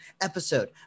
episode